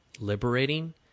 liberating